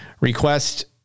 request